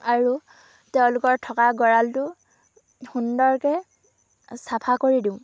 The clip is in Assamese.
আৰু তেওঁলোকৰ থকা গৰালটো সুন্দৰকৈ চাফা কৰি দিওঁ